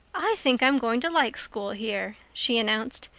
i think i'm going to like school here, she announced.